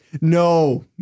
No